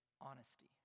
honesty